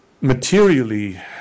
materially